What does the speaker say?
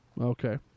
okay